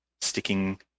sticking